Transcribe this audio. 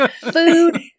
Food